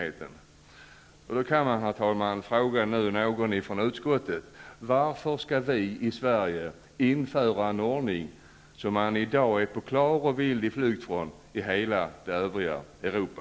Det finns anledning, herr talman, att fråga någon i utskottet: Varför skall vi i Sverige införa en ordning som man i dag är på vild flykt ifrån i hela det övriga Europa?